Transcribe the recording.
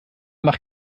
nach